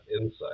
insight